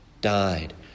died